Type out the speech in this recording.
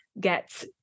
get